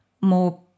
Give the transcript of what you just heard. more